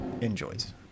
enjoys